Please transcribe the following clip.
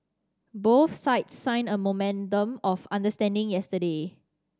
both sides signed a memorandum of understanding yesterday